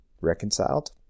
reconciled